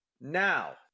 Now